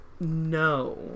No